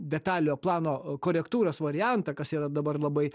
detaliojo plano korektūros variantą kas yra dabar labai